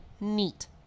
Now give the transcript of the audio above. neat